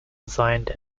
designed